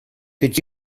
could